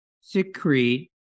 secrete